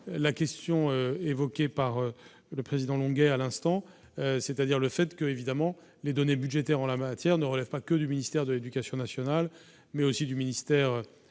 la question évoquée par le président Longuet à l'instant, c'est-à-dire le fait que évidemment les données budgétaires en la matière ne relève pas que du ministère de l'Éducation nationale, mais aussi du ministère